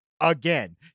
again